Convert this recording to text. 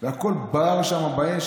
והכול בער שם באש.